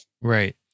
Right